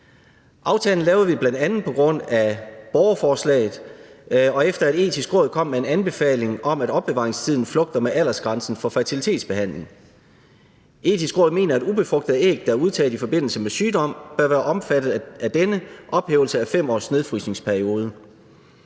Aftalen lavede vi bl.a. på grund af borgerforslaget, og efter at Det Etiske Råd kom med en anbefaling om, at opbevaringstiden flugter med aldersgrænsen for fertilitetsbehandling. Det Etiske Råd mener, at ubefrugtede æg, der er udtaget i forbindelse med sygdom, bør være omfattet af denne ophævelse i forbindelse med 5-årsnedfrysningsperioden,